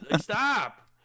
stop